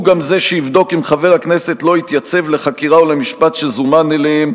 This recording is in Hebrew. הוא גם זה שיבדוק אם חבר הכנסת לא התייצב לחקירה או למשפט שזומן אליהם,